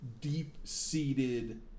deep-seated